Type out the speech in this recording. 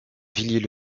villiers